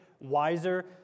wiser